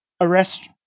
arrest